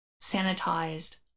sanitized